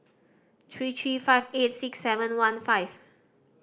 three three five eight six seven one five